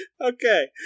Okay